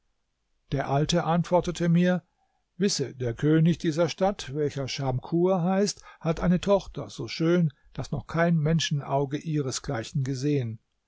der alte antwortete mir wisse der könig dieser stadt welcher schamkur heißt hat eine tochter so schön daß noch kein menschenauge ihresgleichen gesehen